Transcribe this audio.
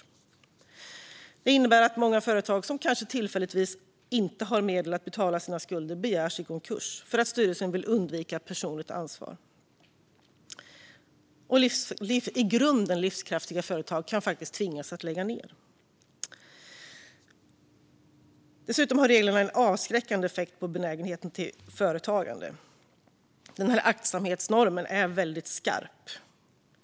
Detta innebär att många företag som kanske tillfälligtvis inte har medel för att betala sina skulder begärs i konkurs för att styrelsen vill undvika personligt ansvar. I grunden livskraftiga företag kan då faktiskt tvingas att lägga ned. Dessutom har reglerna en avskräckande effekt på benägenheten till företagande. Aktsamhetsnormen är väldigt skarp.